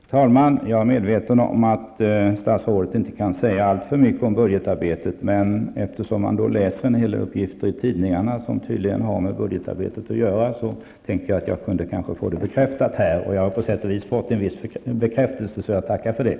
Herr talman! Jag är medveten om att statsrådet inte kan säga alltför mycket om budgetarbetet. Eftersom man kan läsa en del uppgifter i tidningarna som har med budgetarbetet att göra, tänkte jag att jag kanske kunde få dessa bekräftade. Jag har på sätt och viss fått en bekräftelse, och jag tackar för den.